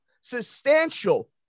substantial